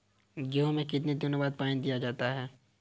गेहूँ में कितने दिनों बाद पानी दिया जाता है?